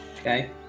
Okay